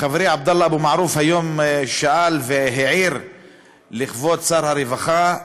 חברי עבדאללה אבו מערוף היום שאל והעיר לכבוד שר הרווחה,